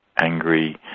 angry